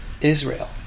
Israel